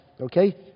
Okay